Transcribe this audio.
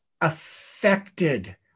affected